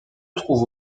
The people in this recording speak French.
trouve